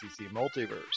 Multiverse